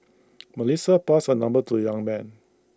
Melissa passed her number to the young man